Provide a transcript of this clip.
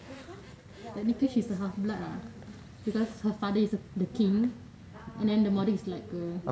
technically she's the half blood lah because her father is the king and then the mother is like a